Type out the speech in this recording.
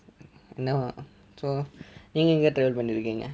no so நீங்க எங்கே:neenga enge travel பண்ணிருக்கீங்க:pannirukkinga